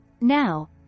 Now